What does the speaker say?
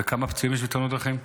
וכמה פצועים יש בתאונת דרכים?